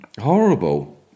Horrible